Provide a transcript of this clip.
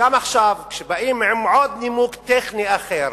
גם עכשיו, כשבאים עם נימוק טכני אחר,